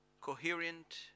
coherent